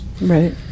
Right